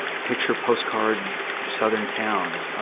picture-postcard southern town.